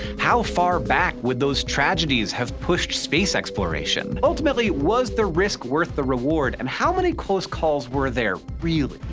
how far back with those tragedies have pushed space exploration. ultimately was the risk worth the reward and how many close calls were there, really?